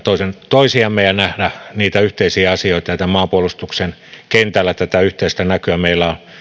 toisiamme ja nähdä niitä yhteisiä asioita joita on maanpuolustuksen kentällä tätä yhteistä näkyä meillä on